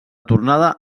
tornada